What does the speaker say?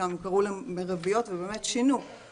ששם קראו להן מרביות ובאמת שינו את זה.